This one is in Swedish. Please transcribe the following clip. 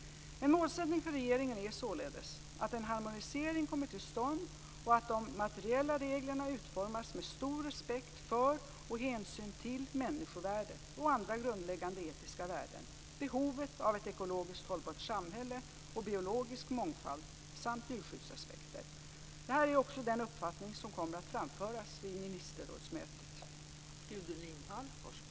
En målsättning för regeringen är således att en harmonisering kommer till stånd och att de materiella reglerna utformas med stor respekt för och hänsyn till människovärdet och andra grundläggande etiska värden, behovet av ett ekologiskt hållbart samhälle och biologisk mångfald samt djurskyddsaspekter. Detta är också den uppfattning som kommer att framföras vid ministerrådsmötet.